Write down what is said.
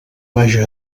vaja